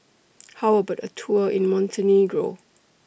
How about A Tour in Montenegro